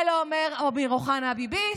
את זה לא אומר אמיר אוחנה הביביסט.